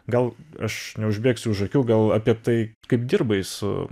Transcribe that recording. gal aš neužbėgsiu už akių gal apie tai kaip dirbai su